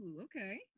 okay